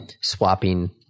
swapping